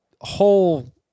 whole